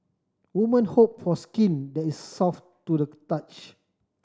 woman hope for skin that is soft to the touch